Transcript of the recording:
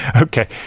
okay